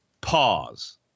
pause